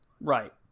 Right